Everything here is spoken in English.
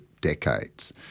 decades